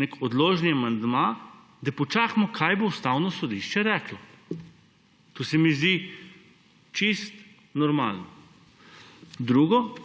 nek odložni amandma, da počakajmo, kaj bo reklo Ustavno sodišče. To se mi zdi čisto normalno.